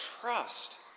trust